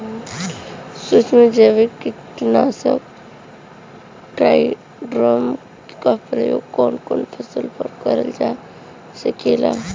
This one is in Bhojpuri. सुक्ष्म जैविक कीट नाशक ट्राइकोडर्मा क प्रयोग कवन कवन फसल पर करल जा सकेला?